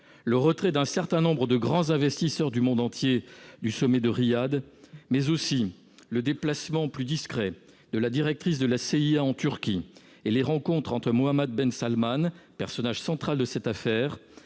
le retrait d'un certain nombre de grands investisseurs du monde entier du sommet de Riyad, mais aussi le déplacement plus discret de la directrice de la CIA en Turquie et les rencontres entre Mohammad ben Salmane, personnage central de cette affaire,